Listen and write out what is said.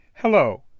Hello